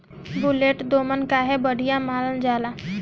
बलुई दोमट काहे बढ़िया मानल जाला?